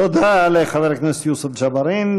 תודה לחבר הכנסת יוסף ג'בארין.